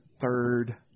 third